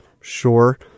Sure